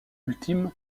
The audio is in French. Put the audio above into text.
ultime